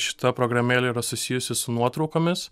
šita programėlė yra susijusi su nuotraukomis